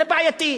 זה בעייתי.